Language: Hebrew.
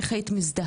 איך היית מזדהה?